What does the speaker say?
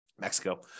Mexico